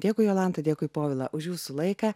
dėkui jolanta dėkui povila už jūsų laiką